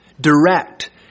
direct